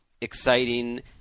exciting